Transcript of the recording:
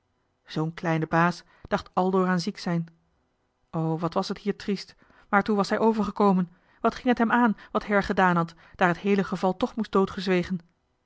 zoo'n kleine baas dacht aldoor aan ziek-zijn o wat was het hier triest waartoe was hij overgekomen wat ging het hem aan wat her gedaan had daar het heele geval toch moest